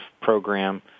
program